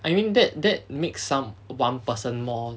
I mean that that makes some one person more